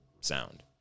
sound